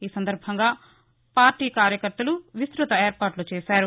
ఈ సందర్బంవగా పార్టీ కార్యకర్తలు విస్తృత ఏర్పాట్లు చేశారు